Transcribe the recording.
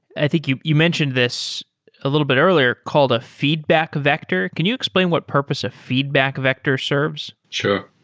i think you you mentioned this a little bit earlier called a feedback vector. can you explain what purpose a feedback vector serves? sure.